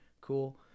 cool